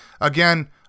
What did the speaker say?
Again